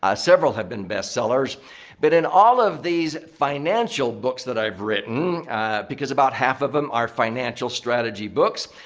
ah several have been best sellers but in all of these financial books that i've written because about half of them are financial strategy books,